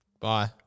Bye